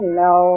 no